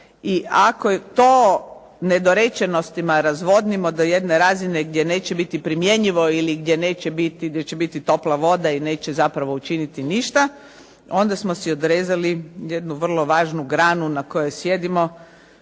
i ako i to nedorečenostima razvodnimo do jedne razine gdje neće biti primjenjivo ili gdje će biti topla voda i neće zapravo učiniti ništa onda smo si odrezali jednu vrlo važnu granu na kojoj sjedimo